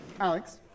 Alex